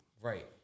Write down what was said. right